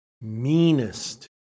meanest